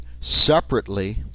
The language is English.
separately